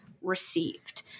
received